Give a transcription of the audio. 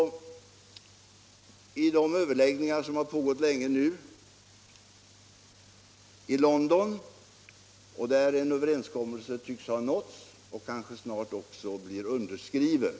I de överläggningar som nu har pågått länge i London och där en överenskommelse tycks ha nåtts, vilken mycket snart också kan väntas bli underskriven.